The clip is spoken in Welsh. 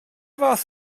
fath